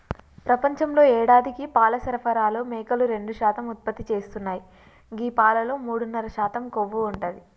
ప్రపంచంలో యేడాదికి పాల సరఫరాలో మేకలు రెండు శాతం ఉత్పత్తి చేస్తున్నాయి గీ పాలలో మూడున్నర శాతం కొవ్వు ఉంటది